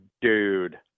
Dude